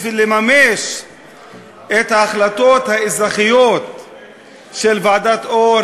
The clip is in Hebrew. בשביל לממש את ההחלטות האזרחיות של ועדת אור,